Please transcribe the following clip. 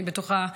אני בטוחה,